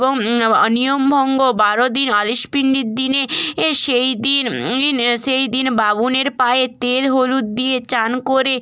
এবং নিয়মভঙ্গ বারো দিন আলিশ পিন্ডির দিনে এ সেই দিন দিন সেই দিন বামুনের পায়ে তেল হলুদ দিয়ে স্নান করে